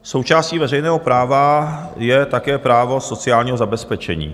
Součástí veřejného práva je také právo sociálního zabezpečení.